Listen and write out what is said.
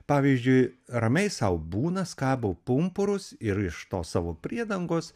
pavyzdžiui ramiai sau būna skabo pumpurus ir iš tos savo priedangos